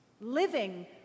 living